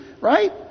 right